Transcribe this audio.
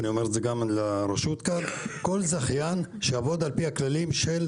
ואני אומר את זה גם לרשות כאן: כל זכיין שיעבוד על פי הכללים שלכם,